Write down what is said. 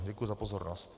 Děkuji za pozornost.